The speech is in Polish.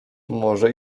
może